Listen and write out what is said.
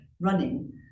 running